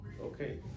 okay